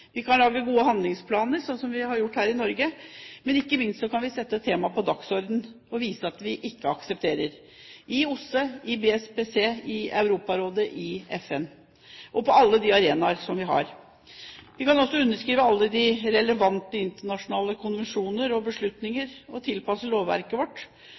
vi kan lage gode handlingsplaner, slik vi har gjort her i Norge, men ikke minst kan vi sette temaet på dagsordenen og vise at vi ikke aksepterer – i OSSE, i BSPC, i Europarådet, i FN og på alle de arenaer vi har. Vi kan også underskrive alle relevante internasjonale konvensjoner og beslutninger og tilpasse lovverket vårt,